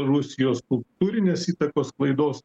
rusijos kultūrinės įtakos sklaidos